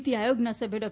નીતિ આયોગના સભ્ય ડૉ